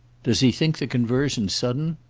does he think the conversion sudden?